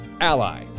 Ally